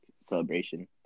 celebration